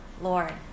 Lord